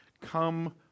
Come